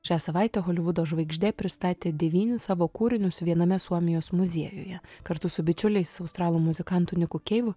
šią savaitę holivudo žvaigždė pristatė devynis savo kūrinius viename suomijos muziejuje kartu su bičiuliais australų muzikantu niku keivu